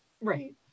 Right